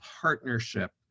partnership